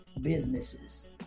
businesses